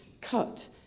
cut